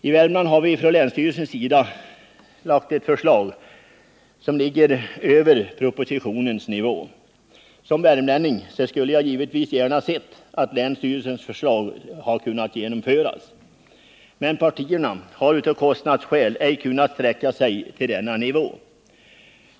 I Värmland har länsstyrelsen framlagt ett förslag, som ligger över propositionens nivå. Som värmlänning skulle jag givetvis gärna ha sett att länsstyrelsens förslag kunnat genomföras. Men partierna har av kostnadsskäl inte kunnat sträcka sig till denna nivå.